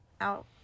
out